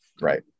right